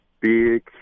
Big